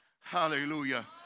Hallelujah